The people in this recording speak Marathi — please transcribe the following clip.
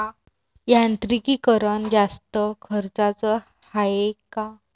यांत्रिकीकरण जास्त खर्चाचं हाये का?